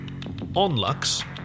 onlux